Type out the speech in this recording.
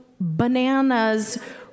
bananas